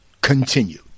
continued